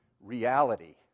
reality